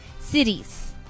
Cities